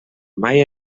mai